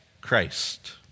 Christ